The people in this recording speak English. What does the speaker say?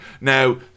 now